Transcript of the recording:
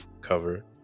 cover